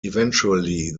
eventually